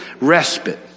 respite